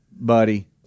Buddy